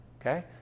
Okay